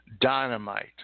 dynamite